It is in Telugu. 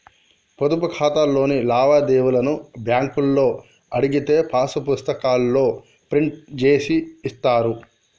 పొదుపు ఖాతాలోని లావాదేవీలను బ్యేంకులో అడిగితే పాసు పుస్తకాల్లో ప్రింట్ జేసి ఇత్తారు